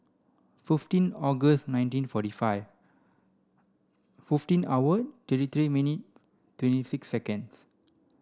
fifteen August nineteen forty five fifteen hour thirty three minute twenty six second